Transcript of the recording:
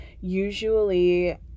usually